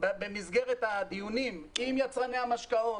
במסגרת הדיונים עם יצרני המשקאות,